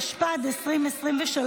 התשפ"ד 2023,